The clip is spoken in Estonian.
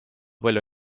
palju